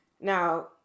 Now